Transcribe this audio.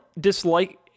dislike